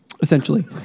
Essentially